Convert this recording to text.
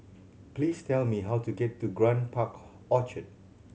please tell me how to get to Grand Park Orchard